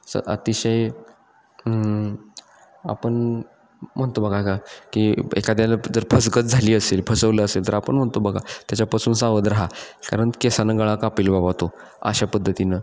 अतिशय आपण म्हणतो बघा का की एखाद्याला जर फसगत झाली असेल फसवलं असेल तर आपण म्हणतो बघा त्याच्यापासून सावध राहा कारण केसानं गळा कापेल बाबा तो अशा पद्धतीनं